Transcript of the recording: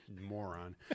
moron